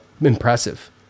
impressive